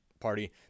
party